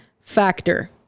factor